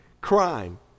crime